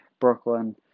Brooklyn